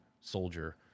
soldier